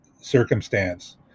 circumstance